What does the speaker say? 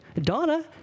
Donna